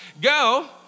Go